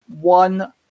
one